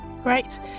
Great